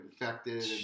infected